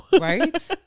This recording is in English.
right